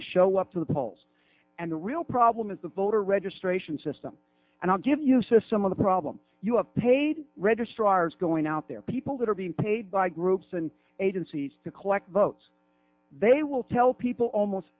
they show up to the polls and the real problem is the voter registration system and i'll give you some of the problems you have paid red going out there people that are being paid by groups and agencies to collect vote they will tell people almost